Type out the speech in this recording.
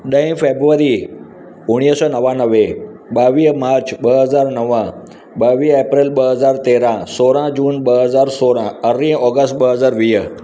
ॾह फेब्ररी उणिवींह सौ नवानवे ॿावीह मार्च ॿ हज़ार नव ॿावीह अप्रैल ॿ हज़ार तेरहं सोरहं जून ॿ हज़ार सोरहं अरिड़हं अगस्त ॿ हज़ार वीह